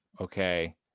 okay